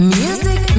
music